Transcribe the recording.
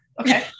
okay